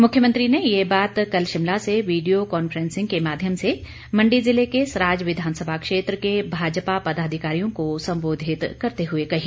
मुख्यमंत्री ने यह बात कल शिमला से वीडियो कांफ्रेंसिंग के माध्यम से मंडी जिले के सराज विधानसभा क्षेत्र के भाजपा पदाधिकारियों को संबोधित करते हुए कही